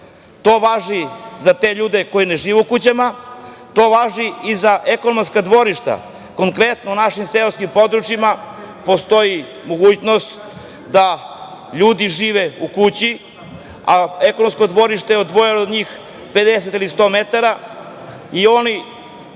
To važi za te ljudi koji ne žive u tim kućama, to važi i za ekonomska dvorišta. Konkretno u našim seoskim područjima postoji mogućnost da ljudi žive u kući, a ekonomsko dvorište odvojeno od njih 50 ili 100 metara i oni